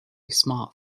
smart